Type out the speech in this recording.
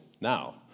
now